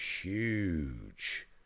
huge